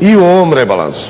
i u ovom rebalansu.